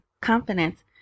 confidence